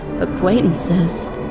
acquaintances